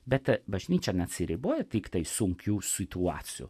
bet bažnyčia neatsiriboja tiktai sunkių situacijų